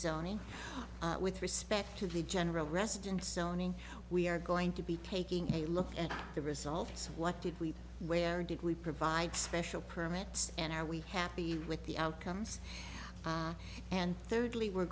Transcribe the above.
zoning with respect to the general residence zoning we are going to be taking a look at the results what did we where did we provide special permits and are we happy with the outcomes and thirdly we're